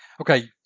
okay